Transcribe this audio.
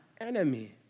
enemy